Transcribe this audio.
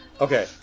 Okay